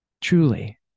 truly